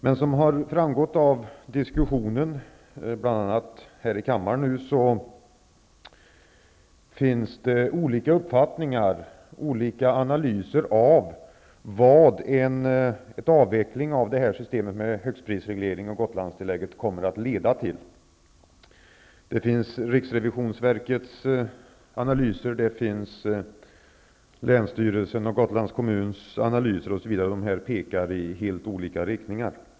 Men som har framgått av diskussionen -- bl.a. här i kammaren -- finns det olika uppfattningar om och olika analyser av vad en avveckling av systemet med högstprisreglering och Gotlandstillägget kommer att leda till. Riksrevisionsverkets, länsstyrelsens och Gotlands kommuns analyser pekar i helt olika riktningar.